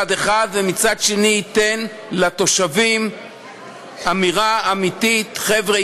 ומצד שני ייתן לתושבי המדינה אמירה אמיתית: חבר'ה,